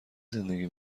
زندگی